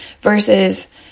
versus